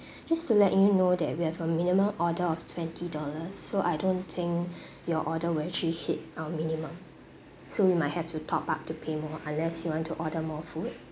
just to let you know that we have a minimum order of twenty dollars so I don't think your order will actually hit our minimum so you might have to top up to pay more unless you want to order more food